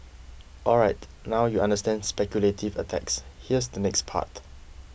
alright now you understand speculative attacks here's the next part